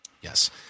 Yes